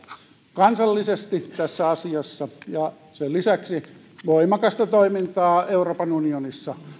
kansallisesti tässä asiassa ja sen lisäksi voimakasta toimintaa euroopan unionissa